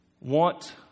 want